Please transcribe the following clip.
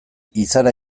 izara